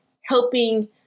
helping